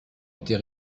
était